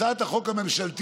הצעת החוק הממשלתית